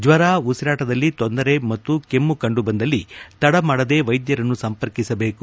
ಜ್ಲರ ಉಸಿರಾಟದಲ್ಲಿ ತೊಂದರೆ ಮತ್ತು ಕೆಮ್ನು ಕಂಡು ಬಂದಲ್ಲಿ ತಡಮಾಡದೆ ವೈದ್ದರನ್ನು ಸಂಪರ್ಕಿಸಬೇಕು